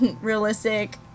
realistic